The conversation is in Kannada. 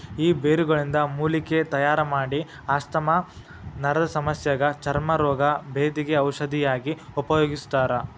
ಈ ಬೇರುಗಳಿಂದ ಮೂಲಿಕೆ ತಯಾರಮಾಡಿ ಆಸ್ತಮಾ ನರದಸಮಸ್ಯಗ ಚರ್ಮ ರೋಗ, ಬೇಧಿಗ ಔಷಧಿಯಾಗಿ ಉಪಯೋಗಿಸ್ತಾರ